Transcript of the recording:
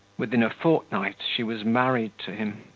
within a fortnight she was married to him.